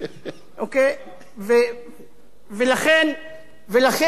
לכן אני תוהה, אדוני היושב-ראש: